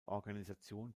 organisation